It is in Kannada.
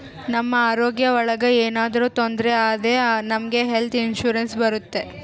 ನಮ್ ಆರೋಗ್ಯ ಒಳಗ ಏನಾದ್ರೂ ತೊಂದ್ರೆ ಆದ್ರೆ ನಮ್ಗೆ ಹೆಲ್ತ್ ಇನ್ಸೂರೆನ್ಸ್ ಬರುತ್ತೆ